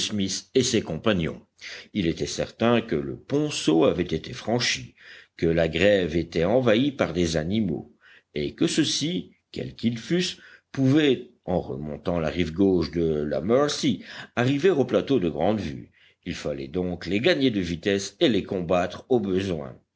et ses compagnons il était certain que le ponceau avait été franchi que la grève était envahie par des animaux et que ceux-ci quels qu'ils fussent pouvaient en remontant la rive gauche de la mercy arriver au plateau de grande vue il fallait donc les gagner de vitesse et les combattre au besoin